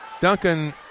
Duncan